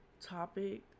topic